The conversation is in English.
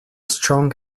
strong